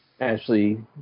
Ashley